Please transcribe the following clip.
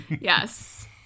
yes